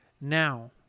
Now